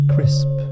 Crisp